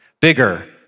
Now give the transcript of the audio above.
Bigger